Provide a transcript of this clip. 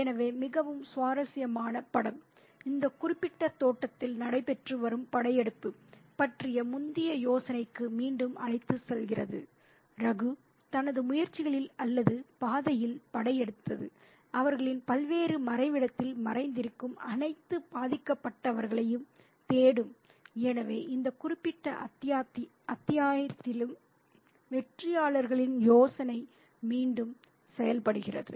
எனவே மிகவும் சுவாரஸ்யமான படம் இந்த குறிப்பிட்ட தோட்டத்தில் நடைபெற்று வரும் படையெடுப்பு பற்றிய முந்தைய யோசனைக்கு மீண்டும் அழைத்துச் செல்கிறது ரகு தனது முயற்சிகளில் அல்லது பாதையில் படையெடுத்தது அவர்களின் பல்வேறு மறைவிடத்தில் மறைந்திருக்கும் அனைத்து பாதிக்கப்பட்டவர்களையும் தேடும் எனவே இந்த குறிப்பிட்ட அத்தியாயத்திலும் வெற்றியாளர்களின் யோசனை மீண்டும் செயல்படுகிறது